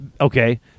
Okay